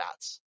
stats